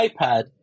iPad